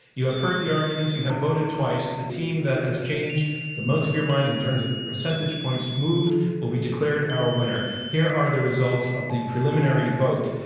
you have heard the arguments. you have voted twice. the team that has changed the most of your minds in terms of percentage points moved will be declared our winner. here are the results of the preliminary vote.